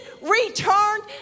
returned